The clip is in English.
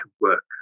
work